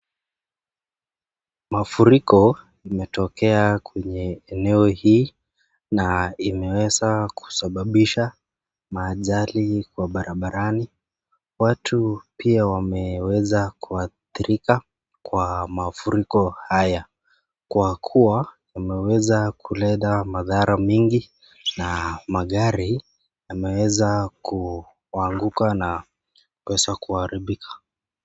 Mafuriko imetokea kwenye eneo hii na imeweza kusababisha maajali kwa barabarani, watu pia wameweza kuadhirika kwa mafuriko haya kwa kuwa kumeweza kulete madhara mengi na magari yameweza kuanguka na kueza kuharibika.